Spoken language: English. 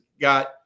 got